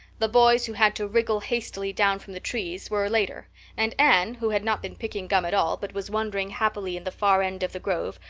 the boys, who had to wriggle hastily down from the trees, were later and anne, who had not been picking gum at all but was wandering happily in the far end of the grove,